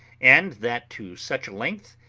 and that to such a length,